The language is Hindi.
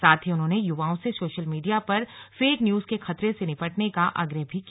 साथ ही उन्होंने युवाओं से सोशल मीडिया पर फेक न्यूज के खतरे से निपटने का आग्रह भी किया